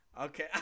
Okay